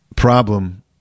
problem